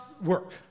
work